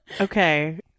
Okay